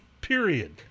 Period